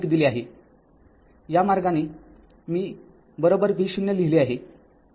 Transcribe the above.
तर v0 v0 दिले आहे या मार्गाने मी v0 लिहिले आहे